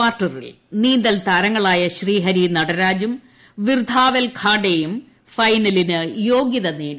കാർട്ടറിൽ നീന്തൽ താരങ്ങളായ ശ്രീഹരി നടരാജും പിർധാവൽ ഘാടെയും ഫൈനലിന് യോഗൃത നേടി